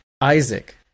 Isaac